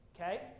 okay